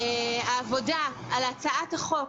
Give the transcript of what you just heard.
שהעבודה על הצעת החוק